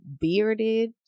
bearded